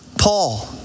Paul